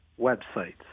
websites